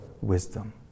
wisdom